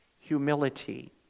humility